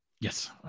yes